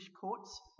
courts